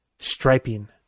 striping